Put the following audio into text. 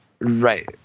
right